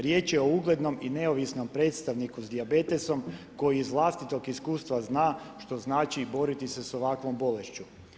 Riječ je o uglednom i neovisnom predstavniku s dijabetesom, koji iz vlastitog iskustva zna što znači boriti se s ovakvom bolešću.